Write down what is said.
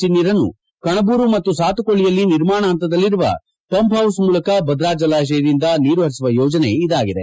C ನೀರನ್ನು ಕಣಬೂರು ಮತ್ತು ಸಾತುಕೊಳ್ಳಿಯಲ್ಲಿ ನಿರ್ಮಾಣ ಹಂತದಲ್ಲಿರುವ ಪಂಪ್ ಹೌಸ್ ಮೂಲಕ ಭದ್ರಾ ಜಲಾಶಯದಿಂದ ನೀರು ಹರಿಸುವ ಯೋಜನೆ ಇದಾಗಿದೆ